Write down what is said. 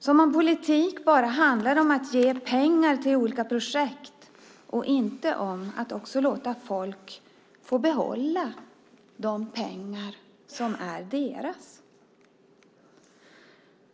Som om politik bara handlar om att ge pengar till olika projekt och inte om att också låta folk få behålla de pengar som är deras!